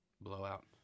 blowout